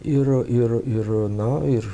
ir ir ir na ir